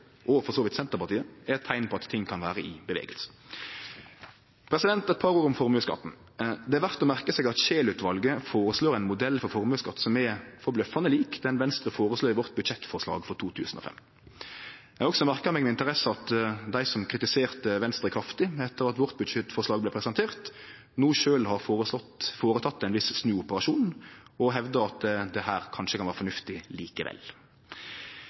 og for så vidt Senterpartiet, er eit teikn på at ting kan vere i bevegelse. Eit par ord om formuesskatten: Det er verdt å merke seg at Scheel-utvalet føreslår ein modell for formuesskatt som er forbløffande lik den Venstre føreslår i sitt budsjettforslag for 2015. Eg har også merka meg med interesse at dei som kritiserte Venstre kraftig etter at budsjettforslaget vårt vart presentert, no sjølve har gjennomført ein viss snuoperasjon og hevdar at dette kanskje kan vere fornuftig likevel.